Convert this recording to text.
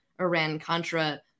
Iran-Contra